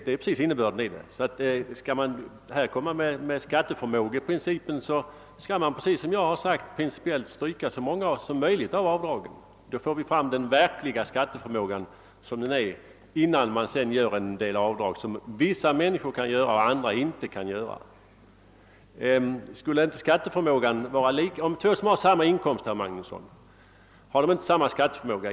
Skall vi tala om skatteförmågan, skall vi precis som jag har sagt i princip stryka så många som möjligt av avdragen. Då får vi fram den verkliga skatteförmågan. Det sker inte när vissa människor gör en del avdrag som andra inte kan göra. Om två personer har samma inkomst, herr Magnusson, har de då inte egentligen samma skatteförmåga?